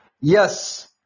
Yes